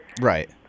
Right